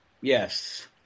Yes